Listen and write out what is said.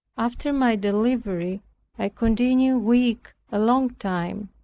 after my delivery i continued weak a long time.